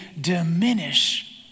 diminish